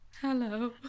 Hello